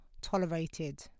tolerated